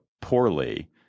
poorly –